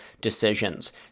decisions